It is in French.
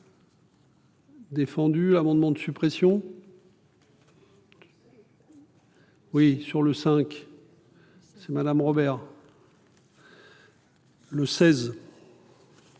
Défendu amendement de suppression. Oui sur le cinq. C'est madame Robert. Le 16.